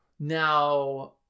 Now